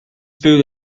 food